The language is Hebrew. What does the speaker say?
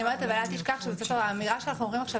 אבל אל תשכח שהאמירה שאנחנו אומרים עכשיו